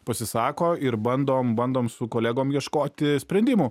pasisako ir bandom bandom su kolegom ieškoti sprendimų